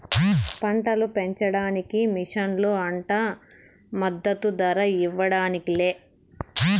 పంటలు పెంచడానికి మిషన్లు అంట మద్దదు ధర ఇవ్వడానికి లే